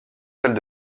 celles